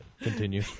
Continue